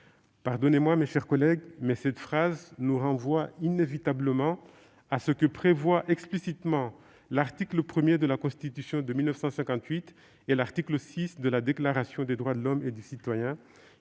Pardonnez-moi, mes chers collègues, mais cette phrase nous renvoie inévitablement à ce que prévoient explicitement l'article 1 de la Constitution de 1958 et l'article VI de la Déclaration des droits de l'homme et du citoyen,